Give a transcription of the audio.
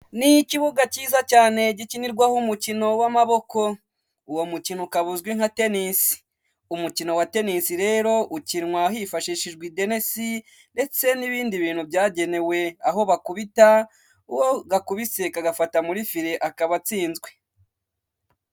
Ni ikibuga cyiza cyane gikinirwaho umukino w'amaboko, uwo mukino ukaba uzwi nka tenisi, umukino wa tenisi rero ukinwa hifashishijwe idenesi ndetse n'ibindi bintu byagenewe, aho bakubita uwo gakubise kagafata muri fire, akaba atsinzwe.